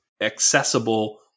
accessible